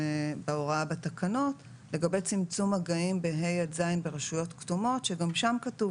בהוראה בתקנות לגבי צמצום מגעים ב-ה' עד ז' ברשויות כתומות שגם שם כתוב